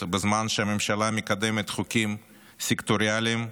בזמן שהממשלה מקדמת חוקים סקטוריאליים,